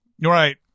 Right